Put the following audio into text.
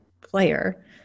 player